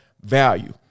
value